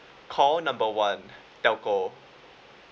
call number one telco